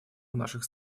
наших